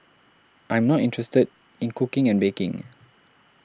I'm not interested in cooking and baking